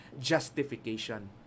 justification